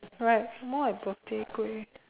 right more like birthday kueh